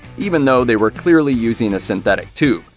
even though they were clearly using a synthetic tube.